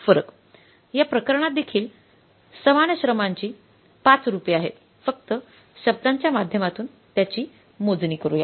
या प्रकरणात देखील देखील समान श्रमाची 5 रूपे आहेत फक्त शब्दांच्या माध्यमातून त्यांची मोजणी करूया